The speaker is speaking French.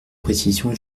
précision